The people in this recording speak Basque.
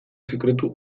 sekretu